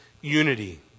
unity